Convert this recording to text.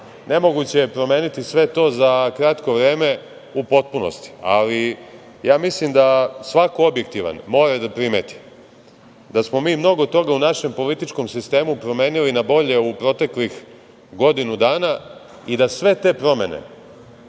ne moguće je promeniti sve to za kratko vreme u potpunosti, ali ja mislim da svako objektivan mora da primeti da smo mi mnogo toga u našem političkom sistemu promenili na bolje u proteklih godinu dana i da sve te promene,